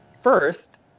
first